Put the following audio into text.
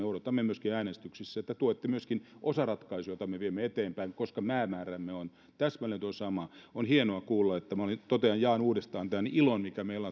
odotamme myöskin äänestyksissä että tuette myöskin osaratkaisuja joita me viemme eteenpäin koska päämäärämme on täsmälleen tuo sama on hienoa kuulla totean ja jaan uudestaan tämän ilon mikä meillä